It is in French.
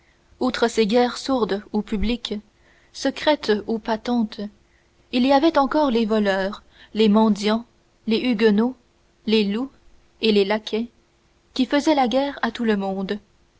outre ces guerres sourdes ou publiques secrètes ou patentes il y avait encore les voleurs les mendiants les huguenots les loups et les laquais qui faisaient la guerre à tout le monde